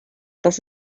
das